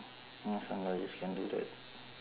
know some lawyers can do that